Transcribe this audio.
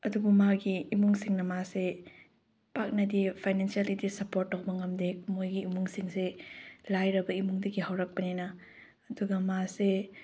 ꯑꯗꯨꯕꯨ ꯃꯥꯒꯤ ꯏꯃꯨꯡꯁꯤꯡꯅ ꯃꯥꯁꯦ ꯄꯥꯛꯅꯗꯤ ꯐꯥꯏꯅꯥꯟꯁꯦꯜꯂꯤꯗꯤ ꯁꯞꯄꯣꯔꯠ ꯇꯧꯕ ꯉꯝꯗꯦ ꯃꯣꯏꯒꯤ ꯏꯃꯨꯡꯁꯤꯡꯁꯦ ꯂꯥꯏꯔꯕ ꯏꯃꯨꯡꯗꯒꯤ ꯍꯧꯔꯛꯄꯅꯤꯅ ꯑꯗꯨꯒ ꯃꯥꯁꯦ